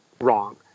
wrong